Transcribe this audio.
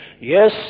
yes